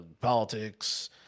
politics